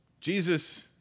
Jesus